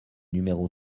numéro